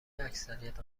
اکثریت